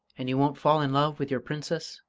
and you won't fall in love with your princess?